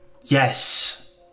Yes